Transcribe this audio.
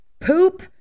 poop